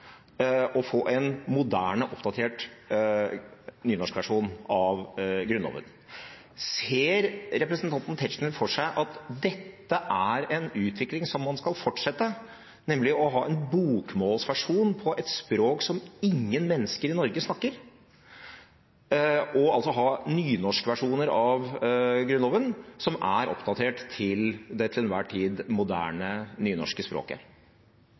å få en moderne, oppdatert nynorskversjon av Grunnloven. Ser representanten Tetzschner for seg at dette er en utvikling som man skal fortsette, nemlig å ha en bokmålsversjon på et språk som ingen mennesker i Norge snakker, og altså ha nynorskversjoner av Grunnloven som er oppdatert til det til enhver tid moderne nynorske språket?